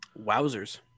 Wowzers